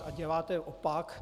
A děláte opak.